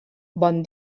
bon